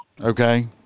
Okay